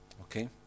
Okay